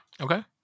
Okay